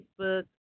Facebook